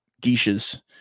geishas